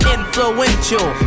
Influential